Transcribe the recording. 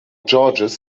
george’s